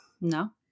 No